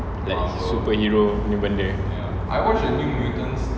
like superhero nya benda